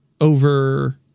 over